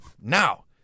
Now